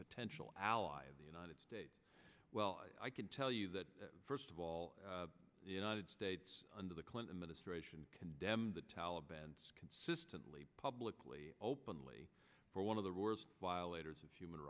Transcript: potential ally of the united states well i can tell you that first of all the united states under the clinton administration condemned the taliban consistently publicly openly for one of the worst violators of human